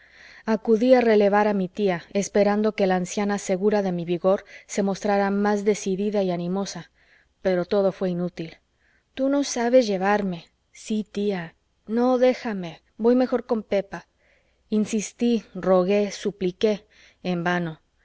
acudí a relevar a mi tía esperando que la anciana segura de mi vigor se mostrara más decidida y animosa pero todo fué inútil tú no sabes llevarme sí tía no déjame voy mejor con pepa insistí rogué supliqué en vano